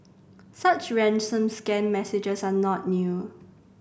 such ransom scam messages are not new